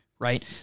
right